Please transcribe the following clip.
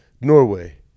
Norway